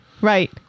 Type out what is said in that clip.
Right